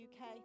UK